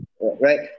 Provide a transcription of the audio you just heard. right